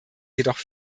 jedoch